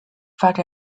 发展